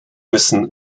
müssen